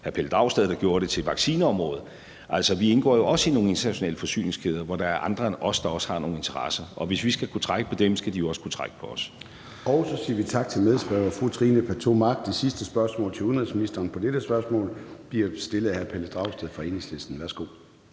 hr. Pelle Dragsted, der gjorde det – til et vaccineområde. Altså, vi indgår jo også i nogle internationale forsyningskæder, hvor der er andre end os, der også har nogle interesser, og hvis vi skal kunne trække på dem, skal de jo også kunne trække på os. Kl. 13:13 Formanden (Søren Gade): Så siger vi tak til medspørger fru Trine Pertou Mach. Det sidste spørgsmål til udenrigsministeren i dette spørgsmål bliver stillet af hr. Pelle Dragsted fra Enhedslisten. Værsgo.